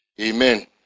Amen